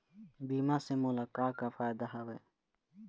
बीमा से मोला का का फायदा हवए?